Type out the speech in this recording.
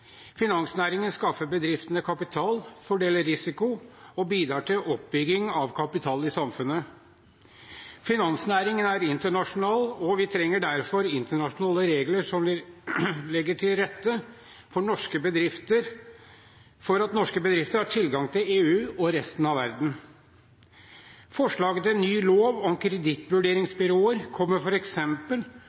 Finansnæringen skaffer bedriftene kapital, fordeler risiko og bidrar til oppbygging av kapital i samfunnet. Finansnæringen er internasjonal, og vi trenger derfor internasjonale regler som legger til rette for at norske bedrifter har tilgang til EU og resten av verden. Forslaget til en ny lov om kredittvurderingsbyråer kommer